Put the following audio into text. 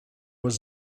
was